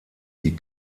die